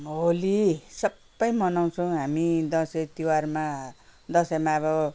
होली सबै मनाउँछौँ हामी दसैँ तिहारमा दसैँमा अब